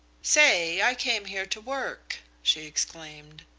say, i came here to work! she exclaimed.